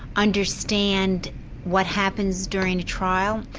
understand what happens during a trial.